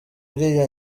iriya